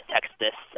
Texas